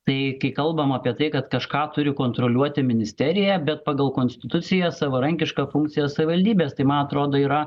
tai kai kalbam apie tai kad kažką turi kontroliuoti ministerija bet pagal konstituciją savarankiška funkcija savivaldybės tai man atrodo yra